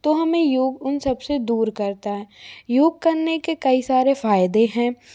तो हमें योग उन सबसे दूर करता है योग करने के कई सारे फायदे हैं